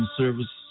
service